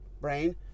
brain